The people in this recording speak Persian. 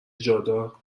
جادار